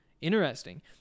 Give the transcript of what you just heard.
Interesting